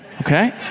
okay